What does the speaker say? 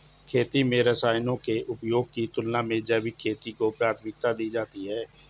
खेती में रसायनों के उपयोग की तुलना में जैविक खेती को प्राथमिकता दी जाती है